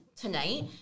tonight